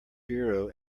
biro